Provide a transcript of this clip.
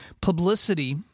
publicity